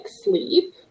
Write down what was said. sleep